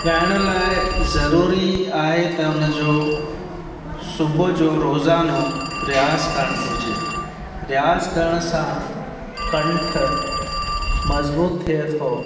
ॻाइण लाइ ज़रूरी आहे त उन जो सुबुह जो रोज़ानो प्रयास करणु घुरिजे प्रयास करण सां कंठ मजबूत थिए थो